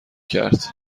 کرد